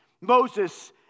Moses